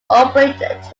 operate